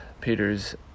Peter's